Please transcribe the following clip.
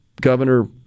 Governor